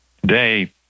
Today